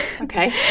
Okay